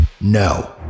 no